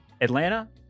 Atlanta